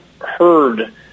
heard